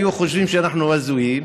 היו חושבים שאנחנו הזויים,